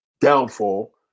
downfall